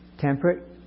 temperate